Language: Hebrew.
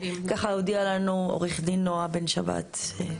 ככה הודיעה לנו עורכת הדין נועה בן שבת.